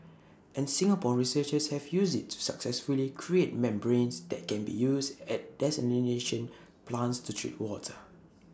and Singapore researchers have used IT to successfully create membranes that can be used at desalination plants to treat water